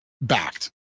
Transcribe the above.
backed